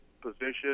position